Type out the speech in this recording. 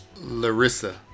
Larissa